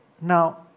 Now